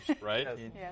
right